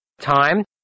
time